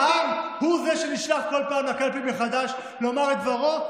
העם הוא שנשלח כל פעם לקלפי מחדש לומר את דברו,